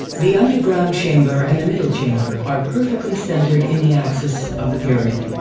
the underground chamber and the middle chamber are perfectly centered in the axis of the pyramid,